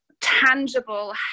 tangible